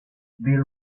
bill